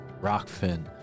rockfin